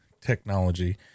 technology